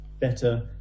better